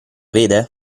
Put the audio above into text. vede